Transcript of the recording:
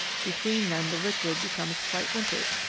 between them the liquid becomes quite limpid,